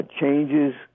changes